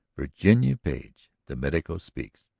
virginia page, the medico, speaks,